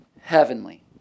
heavenly